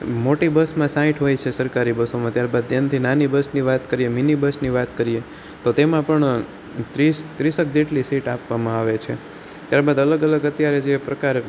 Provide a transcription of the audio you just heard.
મોટી બસમાં સાંઠ હોય છે સરકારી બસોમાં ત્યારે એનાથી નાની બસની વાત કરીએ મીની બસની વાત કરી એ તો તેમાં પણ ત્રીસ ત્રીસેક જેટલી સીટ આપવામાં આવે છે ત્યારબાદ અલગ અલગ અત્યારે જે પ્રકારે